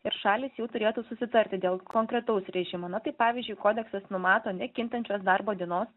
ir šalys jau turėtų susitarti dėl konkretaus režimo na tai pavyzdžiui kodeksas numato nekintančios darbo dienos